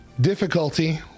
Difficulty